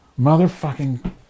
motherfucking